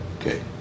okay